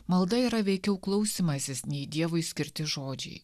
malda yra veikiau klausymasis nei dievui skirti žodžiai